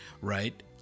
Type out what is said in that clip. right